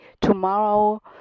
tomorrow